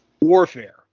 Warfare